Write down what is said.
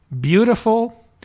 beautiful